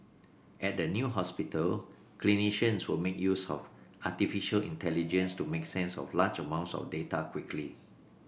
at the new hospital clinicians will make use of artificial intelligence to make sense of large amounts of data quickly